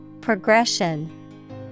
Progression